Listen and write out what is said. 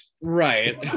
Right